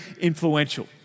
influential